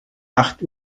acht